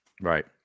Right